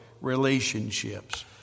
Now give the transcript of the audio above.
relationships